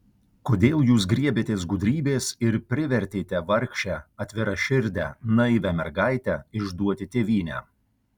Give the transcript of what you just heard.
kodėl jūs griebėtės gudrybės ir privertėte vargšę atviraširdę naivią mergaitę išduoti tėvynę